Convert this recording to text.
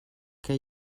que